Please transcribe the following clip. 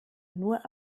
nur